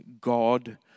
God